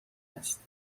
است